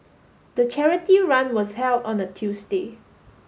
the charity run was held on a Tuesday